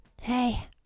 Hey